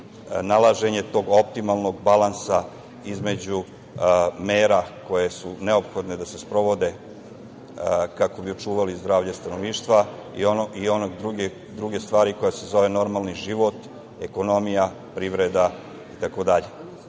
nalaženje tog optimalnog balansa između mera koje su neophodne da se sprovode kako bi očuvali zdravlje stanovništva i one druge stvari koja se zove normalni život, ekonomija, privreda i